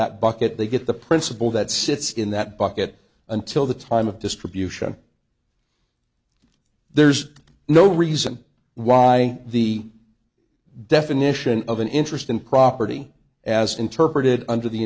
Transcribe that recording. that bucket they get the principle that sits in that bucket until the time of distribution there's no reason why the definition of an interest in property as interpreted under the